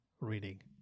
reading